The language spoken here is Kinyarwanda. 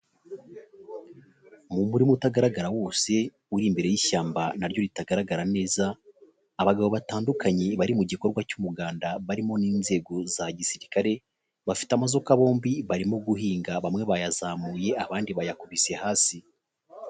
Mu murima utagaragara wose uri imbere y'ishyamba naryo ritagaragara neza abagabo batandukanye bari mu gikorwa cy'umuganda barimo n'inzego za gisirikare bafite amazuka bombi barimo guhinga bamwe bayazamuye abandi bayakubise hasi.